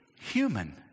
human